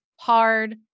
hard